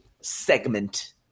segment